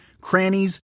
crannies